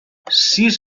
sis